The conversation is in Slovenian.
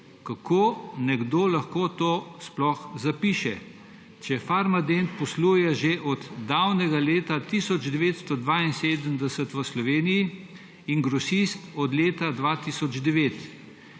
kako nekdo lahko to sploh zapiše, če Farmadent posluje že od davnega leta 1972 v Sloveniji in Grosist od leta 2009?